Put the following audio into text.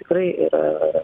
tikrai yra